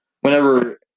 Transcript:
Whenever